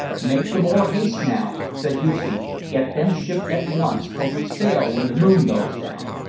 make the more haste now, said yoosoof get them shipped at once, for we sail when the moon goes down.